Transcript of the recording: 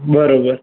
બરોબર